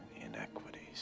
inequities